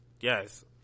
Yes